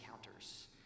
encounters